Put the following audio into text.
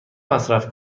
مصرف